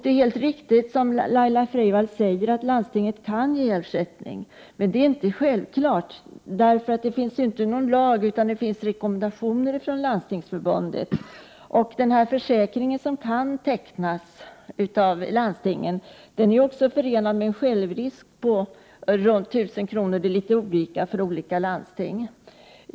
Det är helt riktigt som Laila Freivalds sade att landstinget kan ge ersättning. Men det är inte självklart, för det finns ingen lag utan endast rekommendationer från Landstingsförbundet. Den försäkring som kan tecknas genom landstinget gäller också med en självrisk på omkring 1 000 kr. — det är litet olika i olika landsting.